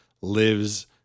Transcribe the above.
lives